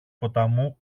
ποταμού